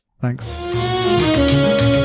Thanks